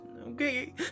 okay